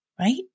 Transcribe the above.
right